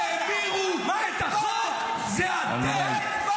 הראשונים שהעבירו את החוק זה אתם,